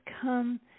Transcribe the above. come